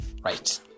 Right